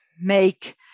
make